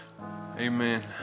amen